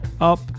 up